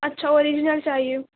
اچھا اوریجنل چاہیے